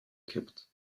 kippt